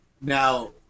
Now